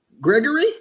Gregory